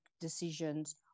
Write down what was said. decisions